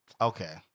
Okay